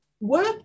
work